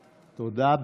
תודה.